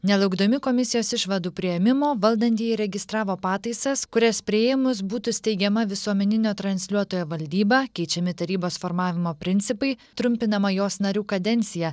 nelaukdami komisijos išvadų priėmimo valdantieji registravo pataisas kurias priėmus būtų steigiama visuomeninio transliuotojo valdyba keičiami tarybos formavimo principai trumpinama jos narių kadencija